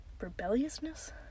Rebelliousness